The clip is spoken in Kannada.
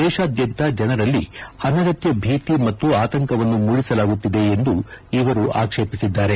ದೇಶದ್ಕಾಂತ ಜನರಲ್ಲಿ ಅನಗತ್ಕ ಭೀತಿ ಮತ್ತು ಆತಂಕವನ್ನು ಮೂಡಿಸಲಾಗುತ್ತಿದೆ ಎಂದು ಇವರು ಆಕ್ಷೇಪಿಸಿದ್ದಾರೆ